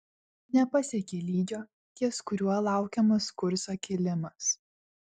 nepasiekė lygio ties kuriuo laukiamas kurso kilimas